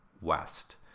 west